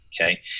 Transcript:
Okay